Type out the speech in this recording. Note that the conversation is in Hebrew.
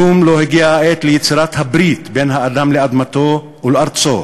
כלום לא הגיעה העת ליצירת הברית בין האדם לאדמתו ולארצו?